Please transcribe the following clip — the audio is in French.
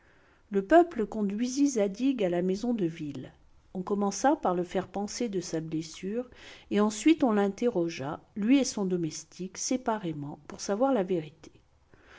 le peuple conduisit zadig à la maison de ville on commença par le faire panser de sa blessure et ensuite on l'interrogea lui et son domestique séparément pour savoir la vérité